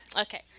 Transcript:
Okay